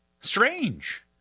Strange